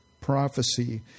prophecy